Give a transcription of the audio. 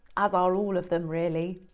as are all of them, really.